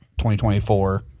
2024